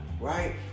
right